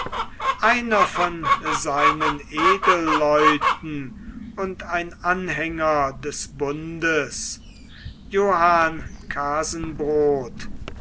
einer von seinen edelleuten und ein anhänger des bundes johann